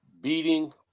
beating